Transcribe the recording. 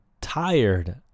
tired